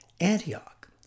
Antioch